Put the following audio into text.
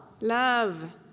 Love